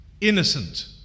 innocent